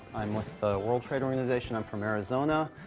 i'm with the world trade organization. i'm from arizona.